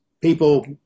people